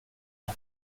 det